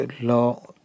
law